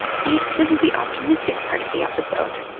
see? this is the optimistic part of the episode!